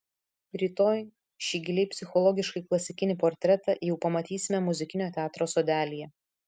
rytoj šį giliai psichologiškai klasikinį portretą jau pamatysime muzikinio teatro sodelyje